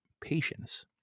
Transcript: patience